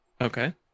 Okay